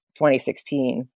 2016